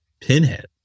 Pinhead